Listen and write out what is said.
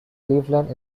cleveland